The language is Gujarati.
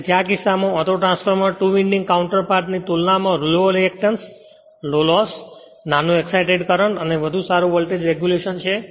તેથી આ કિસ્સામાં ઓટોટ્રાન્સફોર્મર ટૂ વિન્ડિંગ કાઉન્ટર પાર્ટની તુલનામાં લો રેએકટન્સ લો લોસ નાનો એક્સાઈટેડ કરંટ અને વધુ સારો વોલ્ટેજ રેગ્યુલેશન છે